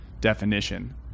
definition